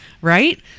Right